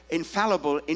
infallible